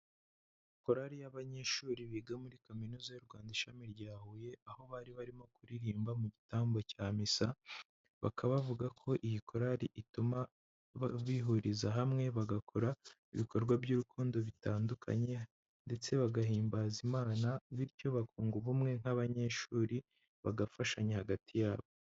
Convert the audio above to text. Korali y'abanyeshuri biga muri kaminuza y'u Rwanda ishami rya Huye, aho bari barimo kuririmba mu gitambo cya misa, bakaba bavuga ko iyi korali ituma bihuriza hamwe bagakora ibikorwa by'urukundo bitandukanye ndetse bagahimbaza Imana, bityo bakunga ubumwe nk'abanyeshuri bagafashanya hagati yabo.